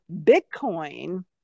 Bitcoin